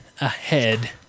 ahead